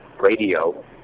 radio